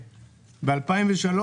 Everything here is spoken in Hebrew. שב-2003,